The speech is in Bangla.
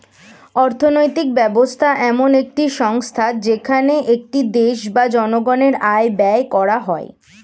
অর্থনৈতিক ব্যবস্থা এমন একটি সংস্থা যেখানে একটি দেশ বা জনগণের আয় ব্যয় করা হয়